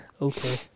Okay